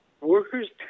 Workers